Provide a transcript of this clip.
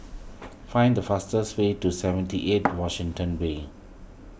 find the fastest way to seventy eight Washington Way